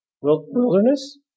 wilderness